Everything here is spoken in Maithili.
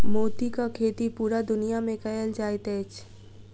मोतीक खेती पूरा दुनिया मे कयल जाइत अछि